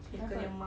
kenapa